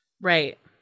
Right